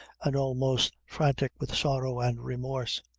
and almost frantic with sorrow and remorse.